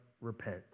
repent